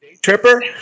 Tripper